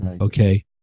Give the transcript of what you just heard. Okay